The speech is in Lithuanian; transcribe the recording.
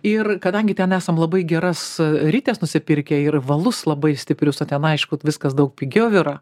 ir kadangi ten esam labai geras rites nusipirkę ir valus labai stiprius o ten aišku viskas daug pigiau yra